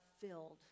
filled